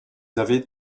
avez